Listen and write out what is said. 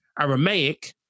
Aramaic